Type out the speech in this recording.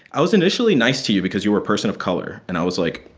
i was initially nice to you because you were a person of color. and i was like,